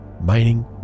mining